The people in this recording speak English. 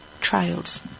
trials